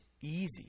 easy